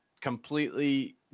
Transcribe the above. completely